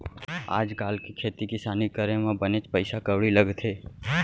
आज काल के खेती किसानी करे म बनेच पइसा कउड़ी लगथे